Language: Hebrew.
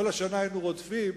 כל השנה היינו רודפים,